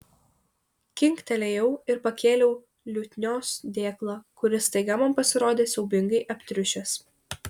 kinktelėjau ir pakėliau liutnios dėklą kuris staiga man pasirodė siaubingai aptriušęs